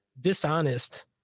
dishonest